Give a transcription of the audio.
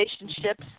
relationships